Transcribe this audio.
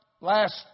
last